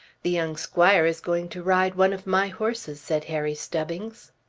the young squire is going to ride one of my horses, said harry stubbings.